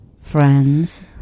friends